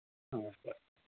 ꯑꯥ ꯍꯣꯏ